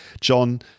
John